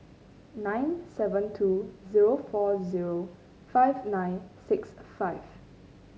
nine seven two zero four zero five nine six five